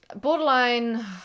Borderline